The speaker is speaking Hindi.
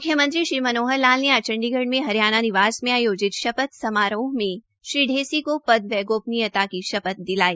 म्ख्यमंत्री श्री मनोहर लाल ने आज चंडीगढ़ में हरियाणा निवास में आयोजित शपथ समारोह में श्री ढेसी को पद एवं गोपनीयता की शपथ दिलाई